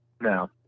No